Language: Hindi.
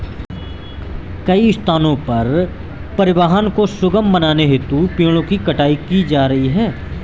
कई स्थानों पर परिवहन को सुगम बनाने हेतु पेड़ों की कटाई की जा रही है